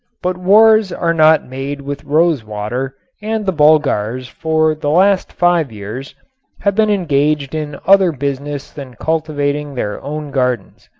but wars are not made with rosewater and the bulgars for the last five years have been engaged in other business than cultivating their own gardens.